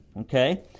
okay